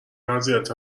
وضعیت